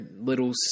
little